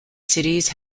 cities